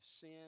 sin